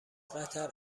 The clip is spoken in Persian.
قطر